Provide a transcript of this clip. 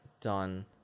done